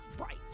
right